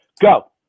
Go